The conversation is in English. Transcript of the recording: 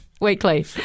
Weekly